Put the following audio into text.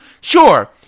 Sure